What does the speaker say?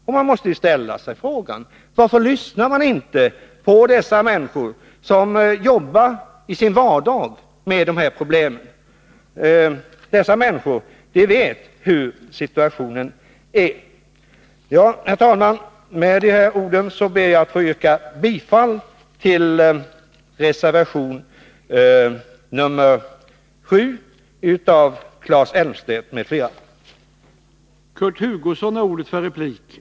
Frågan måste ställas varför man inte lyssnar på dessa människor som i sin vardag arbetar med de här problemen. De vet hur situationen är. Herr talman! Med de här orden ber jag att få yrka bifall till reservation nr 7 av Claes Elmstedt m.fl.